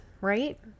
right